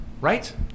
right